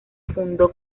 fundó